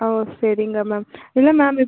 ஓ சரிங்க மேம் இல்லை மேம் இப்போ